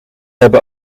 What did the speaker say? hebben